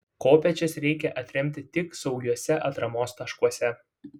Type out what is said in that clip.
kopėčias reikia atremti tik saugiuose atramos taškuose